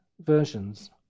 versions